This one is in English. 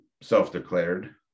self-declared